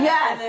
Yes